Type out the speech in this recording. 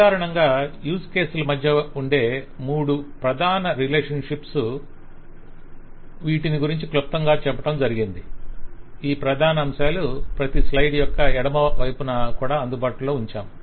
సాధారణంగా use case ల మధ్య మూడు ప్రధాన రిలేషన్షిప్స్ ఉంటాయి వీటిని క్లుప్తంగా చెప్పటం జరిగింది ఈ ప్రధానాంశాలు ప్రతి స్లయిడ్ యొక్క ఎడమ వైపున కూడా అందుబాటులో ఉంచాము